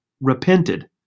repented